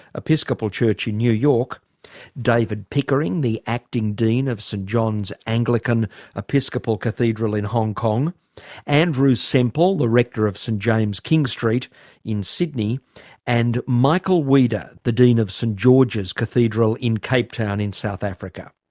episcopal church in new york david pickering, the acting dean of st john's anglican episcopal cathedral in hong kong andrew sempell, the rector of st james' king street in sydney and michael weeder, the dean of st george's cathedral in cape town in south africa.